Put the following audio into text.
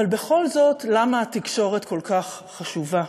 אבל בכל זאת, למה התקשורת כל כך חשובה?